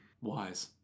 Wise